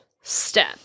step